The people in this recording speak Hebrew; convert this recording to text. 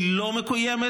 היא לא מקוימת.